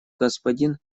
господин